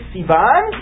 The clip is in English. Sivan